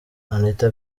anita